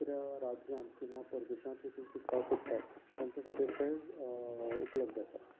दुसऱ्या राज्यांत किंवां परदेशांत पसून शिकपाक सोदतात तांचे खातीर तें उपलब्द आसा